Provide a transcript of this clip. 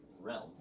realm